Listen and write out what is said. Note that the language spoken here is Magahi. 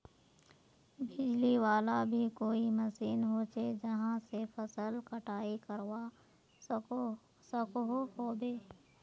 बिजली वाला भी कोई मशीन होचे जहा से फसल कटाई करवा सकोहो होबे?